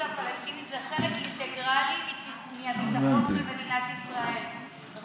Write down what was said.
הפלסטינית זה חלק אינטגרלי מהביטחון של מדינת ישראל.